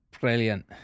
brilliant